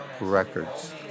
Records